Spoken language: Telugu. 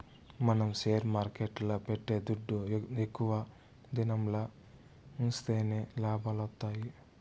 మనం షేర్ మార్కెట్ల పెట్టే దుడ్డు ఎక్కువ దినంల ఉన్సిస్తేనే లాభాలొత్తాయి